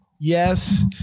Yes